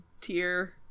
tier